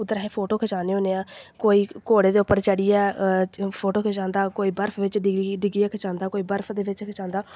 उद्धर असें फोटो खचान्ने होन्ने आं कोई घोड़े दे उप्पर चड़ियै फोटो खचांदा कोई बर्फ बिच्च डिग्गियै खचांदा कोई बर्फ दे बिच्च खचांदा